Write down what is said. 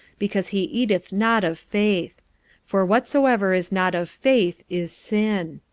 because he eateth not of faith for whatsoever is not of faith is sin.